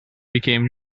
became